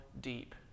deep